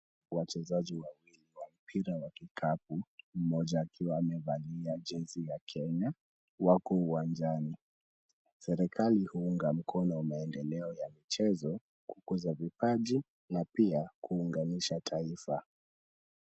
Wachezeji wa mpira wakikapu, moja akiwa amevalia jezi ya kenya, wako uwanjani. Serekali uunga mkono maendeleo wa mchezo, kukuza vipaji na pia kuunganisha taifa.